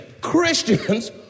Christians